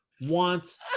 wants